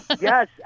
Yes